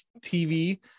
TV